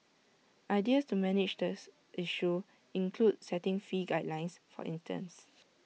ideas to manage this issue include setting fee guidelines for instance